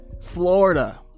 Florida